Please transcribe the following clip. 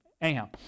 Anyhow